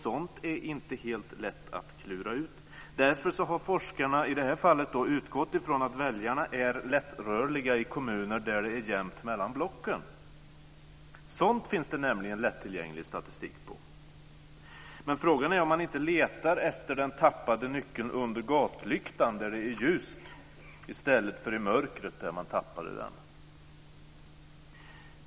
Sådant är inte helt lätt att klura ut. Därför har forskarna i det här fallet utgått från att väljarna är lättrörliga i kommuner där det är jämnt mellan blocken. Sådant finns det nämligen lättillgänglig statistik på. Men frågan är om man inte letar efter den tappade nyckeln under gatlyktan där det är ljust i stället för i mörkret där man tappade den.